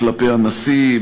כלפי הנשיא,